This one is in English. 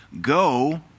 Go